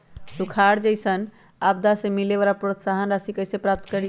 सुखार जैसन आपदा से मिले वाला प्रोत्साहन राशि कईसे प्राप्त करी?